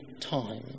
time